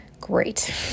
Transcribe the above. Great